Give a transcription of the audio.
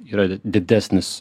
yra didesnis